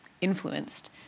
influenced